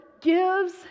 gives